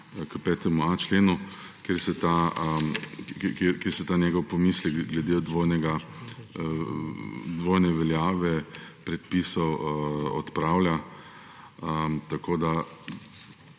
k 5.a členu, kjer se ta njegov pomislek glede dvojne veljave predpisov odpravlja. Tako ta